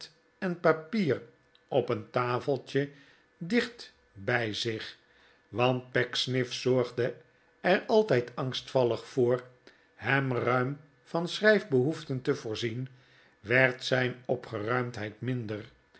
en papier op een tafeltje dicht bij zich want pecksniff zorgde er altijd angstvallig voor hem ruim van schrijfbehoeften te voorzien werd zijn opgeruimdheid minder